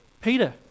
Peter